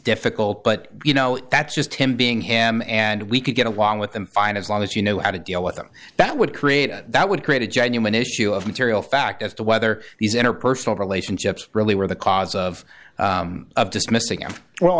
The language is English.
difficult but you know that's just him being him and we could get along with him fine as long as you know how to deal with them that would create it that would create a genuine issue of material fact as to whether these interpersonal relationships really were the cause of dismissing him well